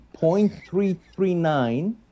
0.339